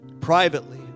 privately